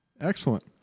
Excellent